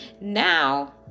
Now